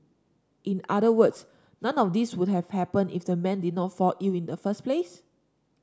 in other words none of these would have happened if the man did not fall ill in the first place